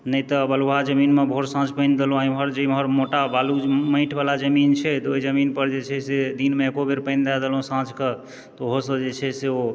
नहि तऽ बलुआहा जमीनमे भोर साँझ पानि देलहुँ आ इमहर जे मोटा बालू माटि वाला जमीन छै तऽ ओहि जमीन पर जे छै से दिनमे एको बेर पानि दए देलहुँ साँझ कऽ तऽ ओहोसँ जे छै से ओ